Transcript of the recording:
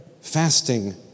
fasting